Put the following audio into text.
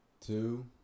two